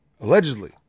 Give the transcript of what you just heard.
Allegedly